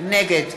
נגד